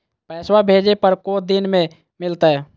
पैसवा भेजे पर को दिन मे मिलतय?